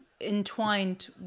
entwined